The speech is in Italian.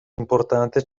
importante